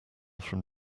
from